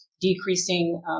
decreasing